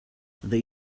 they